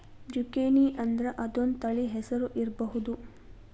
ಜುಕೇನಿಅಂದ್ರ ಅದೊಂದ ತಳಿ ಹೆಸರು ಇರ್ಬಹುದ